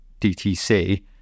DTC